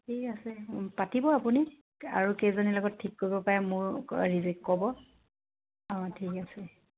ঠিক আছে পাতিব আপুনি আৰু কেইজনীৰ লগত ঠিক কৰিব পাৰে মোৰ ক'ব অঁ ঠিক আছে